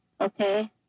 Okay